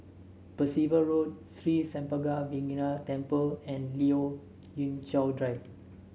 Percival Road Sri Senpaga Vinayagar Temple and Lien Ying Chow Drive